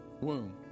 womb